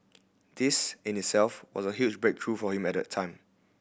this in itself was a huge breakthrough for him at the time